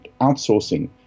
outsourcing